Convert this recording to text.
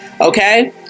Okay